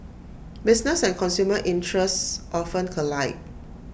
business and consumer interests often collide